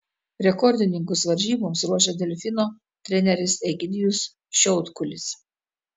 rekordininkus varžyboms ruošia delfino treneris egidijus šiautkulis